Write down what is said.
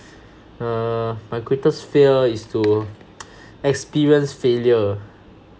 err my greatest fear is to experience failure